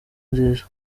nziza